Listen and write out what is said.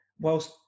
Whilst